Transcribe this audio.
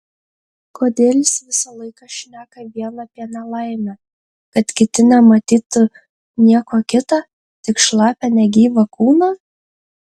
kodėl jis visą laiką šneka vien apie nelaimę kad kiti nematytų nieko kita tik šlapią negyvą kūną